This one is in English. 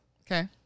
Okay